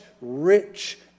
rich